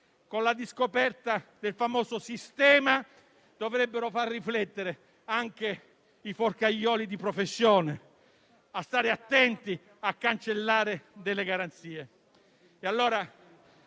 con la scoperta del famoso "sistema", dovrebbero far riflettere anche i "forcaioli" di professione sul fatto che bisogna stare attenti a cancellare delle garanzie.